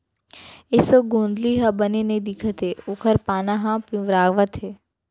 एसों गोंदली ह बने नइ दिखत हे ओकर पाना ह पिंवरावत हे